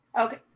Okay